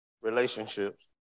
Relationships